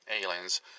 aliens